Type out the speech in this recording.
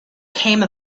came